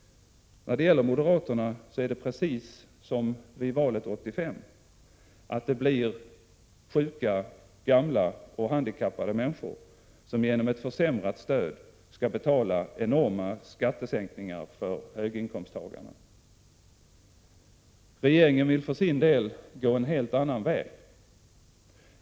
När det gäller moderaterna blir det precis som vid valet 1985. Det blir sjuka, gamla och handikappade människor som genom ett försämrat stöd skall betala enorma skattesänkningar för höginkomsttagarna. Regeringen vill för sin del gå en helt annan väg.